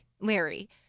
Larry